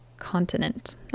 continent